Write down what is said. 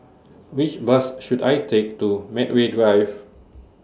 Which Bus should I Take to Medway Drive